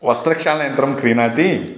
वस्त्रक्षालनयन्त्रं क्रीणाति